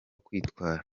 kwitwara